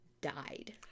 died